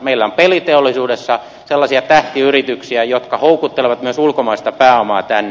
meillä on peliteollisuudessa sellaisia tähtiyrityksiä jotka houkuttelevat myös ulkomaista pääomaa tänne